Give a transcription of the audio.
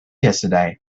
yesterday